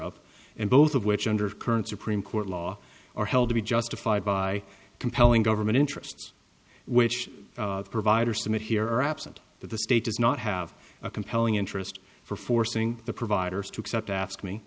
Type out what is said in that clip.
of and both of which under current supreme court law are held to be justified by compelling government interest which provider submit here are absent but the state does not have a compelling interest for forcing the providers to accept ask me